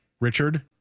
Richard